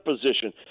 position